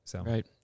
Right